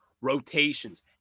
rotations